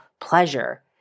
pleasure